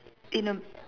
in a